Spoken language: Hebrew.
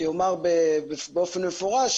שיאמר מפורשות,